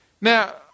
Now